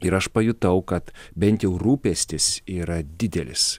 ir aš pajutau kad bent jau rūpestis yra didelis